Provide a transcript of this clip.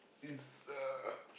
it's a